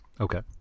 okay